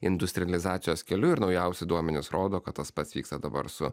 industrializacijos keliu ir naujausi duomenys rodo kad tas pats vyksta dabar su